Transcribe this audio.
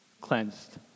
cleansed